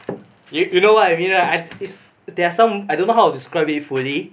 if you know what I mean right is there's some I don't know how to describe it fully